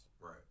Right